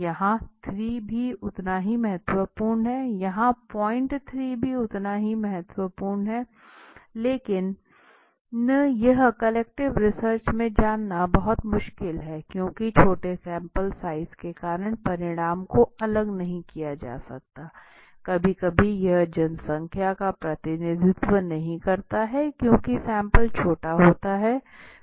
यहां 3 भी उतना ही महत्वपूर्ण है लेकिन यह क्वालिटेटिव रिसर्च में जानना बहुत मुश्किल है क्यूंकि छोटे सैंपल साइज के कारण परिणाम को अलग नहीं किया जा सकता कभी कभी यह जनसंख्या का प्रतिनिधित्व नहीं करता है क्योंकि सैंपल छोटा होता है